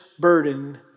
burden